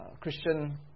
Christian